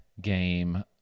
game